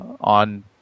on